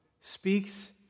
speaks